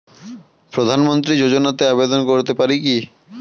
প্রধানমন্ত্রী যোজনাতে আবেদন করতে পারি কি?